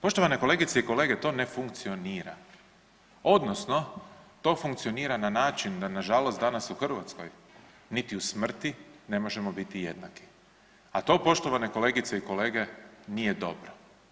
Poštovane kolegice i kolege to ne funkcionira odnosno to funkcionira na način da nažalost danas u Hrvatskoj niti u smrti ne možemo biti jednaki, a to poštovane kolegice i kolege nije dobro.